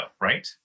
Right